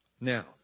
Now